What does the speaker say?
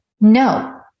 No